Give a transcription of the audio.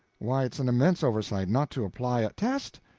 why, it's an immense oversight not to apply a test?